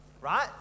right